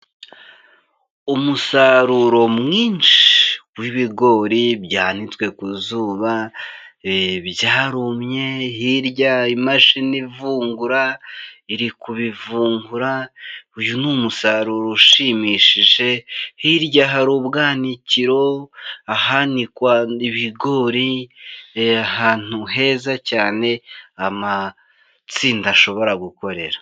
Umusaruro mwinshi wibigori byanditswe ku zuba byarumye, hirya imashini ivugura iri kubivungura, uyu ni umusaruro ushimishije hirya hari ubwanikiro ahanikwa ibigori ahantu heza cyane amatsinda ashobora gukorera.